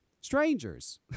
Strangers